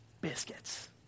biscuits